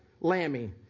Lammy